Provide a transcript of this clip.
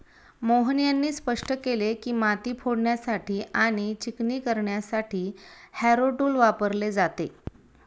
मोहन यांनी स्पष्ट केले की, माती फोडण्यासाठी आणि चिकणी करण्यासाठी हॅरो टूल वापरले जाते